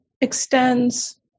extends